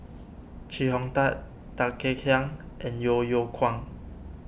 Chee Hong Tat Tan Kek Hiang and Yeo Yeow Kwang